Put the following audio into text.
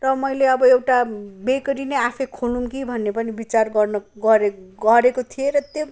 र मैले अब एउटा बेकरी नै आफै खोलौँ कि भन्ने पनि बिचार गर्ने गर् गरेको थिएँ र त्यो